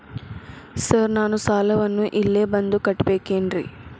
Sir ನಾನು ಸಾಲವನ್ನು ಇಲ್ಲೇ ಬಂದು ಕಟ್ಟಬೇಕೇನ್ರಿ?